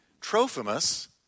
Trophimus